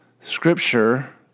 Scripture